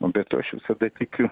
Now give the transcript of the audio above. nu bet aš visada tikiu